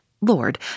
Lord